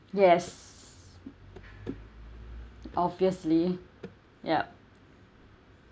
yes obviously yup